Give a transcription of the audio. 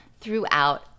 throughout